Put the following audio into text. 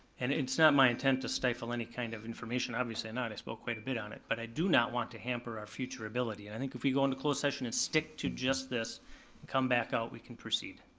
and it's not my intent to stifle any kind of information, obviously not, i spoke quite a bit on it. but i do not want to hamper our future ability, and i think if we go into closed session and stick to just this, and come back out, we can proceed.